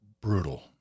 brutal